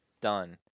Done